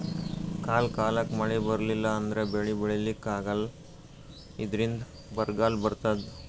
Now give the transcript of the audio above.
ಕಾಲ್ ಕಾಲಕ್ಕ್ ಮಳಿ ಬರ್ಲಿಲ್ಲ ಅಂದ್ರ ಬೆಳಿ ಬೆಳಿಲಿಕ್ಕ್ ಆಗಲ್ಲ ಇದ್ರಿಂದ್ ಬರ್ಗಾಲ್ ಬರ್ತದ್